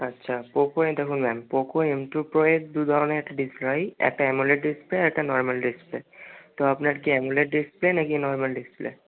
আচ্ছা Poco M two Pro ma'am Poco M two প্রোয়ের দু ধরনের একটা ডিসপ্লে হয় একটা এ্যামোল্ড ডিসপ্লে আর একটা নর্মাল ডিসপ্লে তো আপনার কী অ্যামোল্ড ডিসপ্লে নাকি নর্মাল ডিসপ্লে